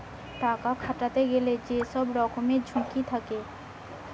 টাকা খাটাতে গেলে যে সব রকমের ঝুঁকি থাকে